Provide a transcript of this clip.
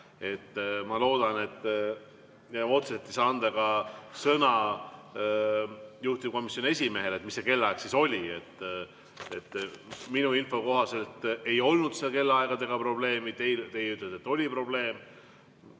Ma otseselt ei saa anda ka sõna juhtivkomisjoni esimehele, et mis see kellaaeg siis oli. Minu info kohaselt ei olnud seal kellaaegadega probleemi, teie ütlete, et oli probleem.